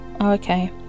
okay